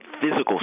physical